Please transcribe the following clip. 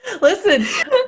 listen